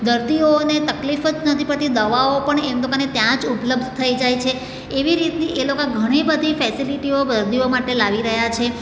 દર્દીઓને તકલીફ જ નથી પડતી દવાઓ પણ એ લોકોને ત્યાં જ ઉપલબ્ધ થઈ જાય છે એવી રીતની એ લોકા ઘણી બધી ફેસેલીટીઓ દર્દીઓ માટે લાવી રહ્યા છે